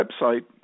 website